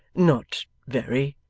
not very.